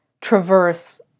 traverse